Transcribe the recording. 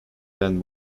than